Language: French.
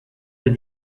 des